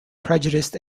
prejudiced